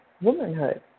womanhood